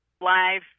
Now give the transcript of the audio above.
live